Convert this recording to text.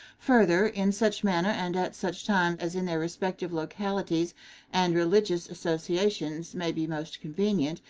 further, in such manner and at such time as in their respective localities and religious associations may be most convenient,